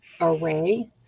array